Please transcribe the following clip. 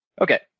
Okay